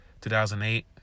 2008